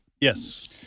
Yes